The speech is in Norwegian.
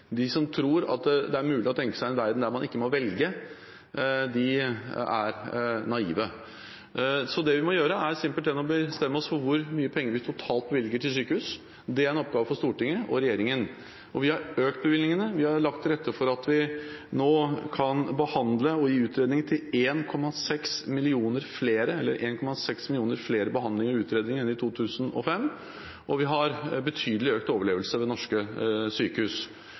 De som tror at det er mulig å tenke seg en verden der man ikke må velge, er naive. Det vi må gjøre, er simpelthen å bestemme oss for hvor mye penger vi totalt bevilger til sykehus. Det er en oppgave for Stortinget og regjeringen. Vi har økt bevilgningene. Vi har lagt til rette for at vi nå kan ha 1,6 millioner flere behandlinger og utredninger enn i 2005. Vi har betydelig økt overlevelse ved norske sykehus. Så må sykehusene, innenfor de rammene de får, vurdere hvordan de får mest helse igjen for pengene. Uten prioritering får vi